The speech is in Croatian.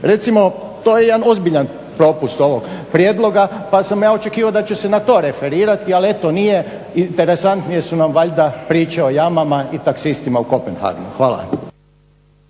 Recimo to je jedan ozbiljan propust ovog prijedloga pa sam ja očekivao da će se na to referirati, ali eto nije. Interesantnije su nam valjda priče o jamama i taksistima u Kopenhagenu. Hvala.